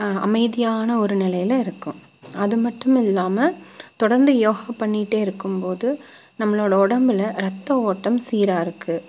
அமைதியான ஒரு நிலைல இருக்கும் அதுமட்டுமில்லாம தொடர்ந்து யோகா பண்ணிகிட்டே இருக்கும்போது நம்மளோட உடம்புல ரத்த ஓட்டம் சீராக இருக்கு